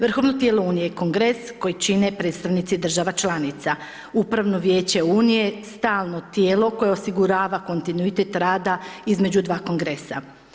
Vrhovno tijelo unije je Kongres koji čine predstavnici država članica, upravno vijeće unije, stalno tijelo koje osigurava kontinuitet rada između dva kongresa.